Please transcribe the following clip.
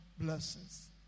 blessings